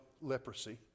leprosy